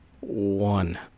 one